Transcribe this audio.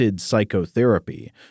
psychotherapy